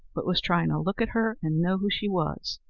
but was trying to look at her and know who she was.